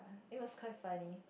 it was quite funny